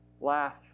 Laugh